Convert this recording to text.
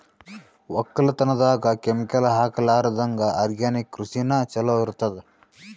ಒಕ್ಕಲತನದಾಗ ಕೆಮಿಕಲ್ ಹಾಕಲಾರದಂಗ ಆರ್ಗ್ಯಾನಿಕ್ ಕೃಷಿನ ಚಲೋ ಇರತದ